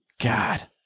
God